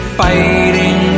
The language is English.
fighting